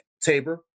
Tabor